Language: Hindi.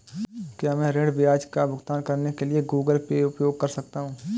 क्या मैं ऋण ब्याज का भुगतान करने के लिए गूगल पे उपयोग कर सकता हूं?